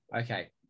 Okay